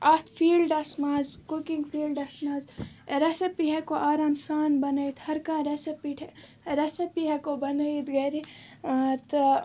اَتھ فیٖلڈَس منٛز cooking fields منٛز ریٚسِپی ہٮ۪کو آرام سان بَنٲوِتھ ہَر کانٛہہ ریٚسَپی ریٚسَپی ہٮ۪کو بَنٲوِتھ گَرِ تہٕ